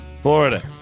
Florida